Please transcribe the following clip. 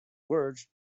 words